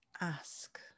ask